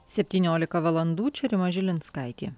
septyniolika valandų čia rima žilinskaitė